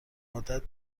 عادت